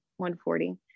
140